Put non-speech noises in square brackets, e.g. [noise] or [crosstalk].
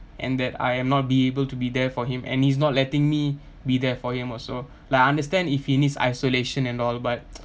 and that I am not be able to be there for him and his not letting me be there for him also like I understand if he needs isolation and all but [noise]